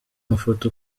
mafoto